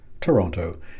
Toronto